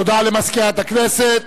תודה למזכירת הכנסת.